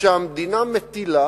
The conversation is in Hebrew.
שהמדינה מטילה